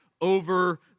over